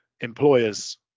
employers